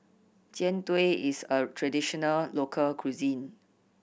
Jian Dui is a traditional local cuisine